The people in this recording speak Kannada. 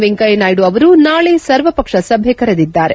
ವೆಂಕಯ್ಯ ನಾಯ್ಡು ಅವರು ನಾಳೆ ಸರ್ವಪಕ್ಷ ಸಭೆ ಕರೆದಿದ್ದಾರೆ